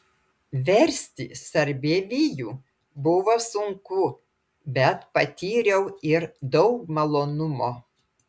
versti sarbievijų buvo sunku bet patyriau ir daug malonumo